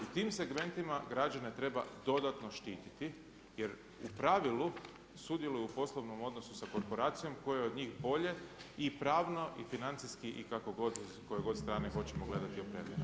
U tim segmentima građane treba dodatno štititi jer u pravilu sudjeluju u poslovnom odnosu sa korporacijom kojoj od njih bolje i pravno i financijski i kako god s koje god strane hoćemo gledati opremljena.